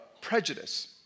prejudice